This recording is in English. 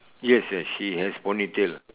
yes yes she has ponytail